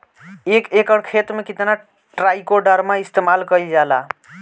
एक एकड़ खेत में कितना ट्राइकोडर्मा इस्तेमाल कईल जाला?